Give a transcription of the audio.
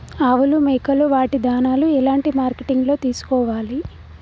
ఆవులు మేకలు వాటి దాణాలు ఎలాంటి మార్కెటింగ్ లో తీసుకోవాలి?